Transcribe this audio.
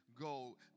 go